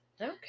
Okay